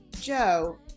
Joe